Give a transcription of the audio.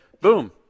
Boom